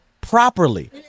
properly